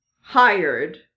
hired